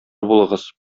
булыгыз